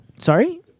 Sorry